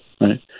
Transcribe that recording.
right